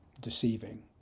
Deceiving